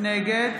נגד